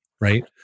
right